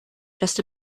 just